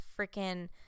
freaking